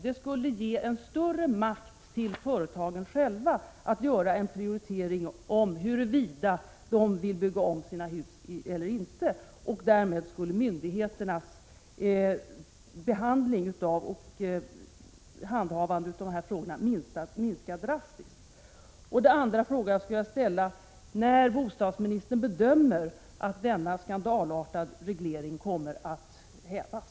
Det skulle ge en större makt till företagen själva att göra en prioritering av huruvida de vill bygga om sina hus eller inte, och därmed skulle myndigheternas handhavande av dessa frågor minska drastiskt. Den andra fråga jag skulle vilja ställa är: När bedömer bostadsministern att denna skandalartade reglering kommer att hävas?